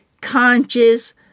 conscious